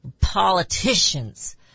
politicians